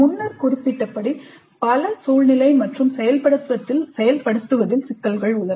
முன்னர் குறிப்பிட்டபடி பல சூழ்நிலையில் மற்றும் செயல்படுத்துவதில் சிக்கல்கள் உள்ளன